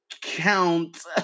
count